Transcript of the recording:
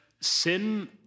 sin